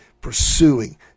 pursuing